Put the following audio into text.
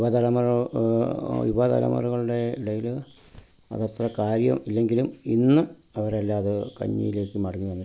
യുവതലമുറകൾ യുവതലമുറകളുടെ ഇടയിൽ അതത്ര കാര്യം ഇല്ലെങ്കിലും ഇന്ന് അവരെല്ലാമാത് കഞ്ഞിയിലേക്ക് മറിഞ്ഞ് വന്നിട്ടുണ്ട്